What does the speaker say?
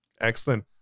Excellent